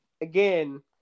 again